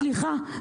סליחה,